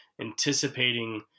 anticipating